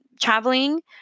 traveling